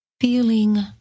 feeling